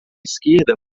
esquerda